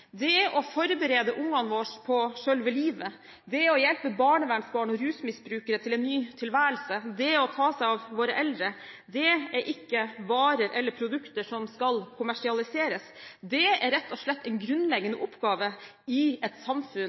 Det å forberede ungene våre på selve livet, det å hjelpe barnevernsbarn og rusmisbrukere til en ny tilværelse, det å ta seg av våre eldre er ikke produkter som skal kommersialiseres. Det er rett og slett en grunnleggende oppgave i et samfunn